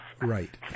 right